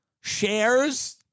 shares